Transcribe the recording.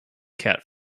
cat